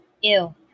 Ew